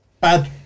Bad